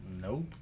Nope